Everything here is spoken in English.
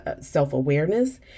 self-awareness